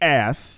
ass